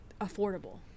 affordable